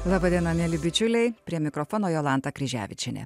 laba diena mieli bičiuliai prie mikrofono jolanta kryževičienė